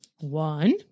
One